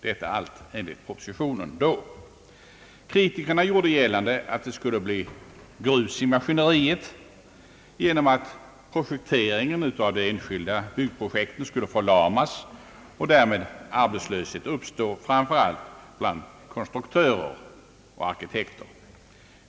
Detta allt enligt den då föreliggande propositionen. Kritikerna gjorde gällande att det skulle bli grus i maskineriet genom att projekteringen av de enskilda byggprojekten skulle förlamas och därmed arbetslöshet uppstå, framför allt bland konstruktörer och arkitekter.